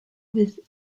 with